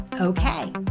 Okay